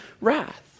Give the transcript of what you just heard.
wrath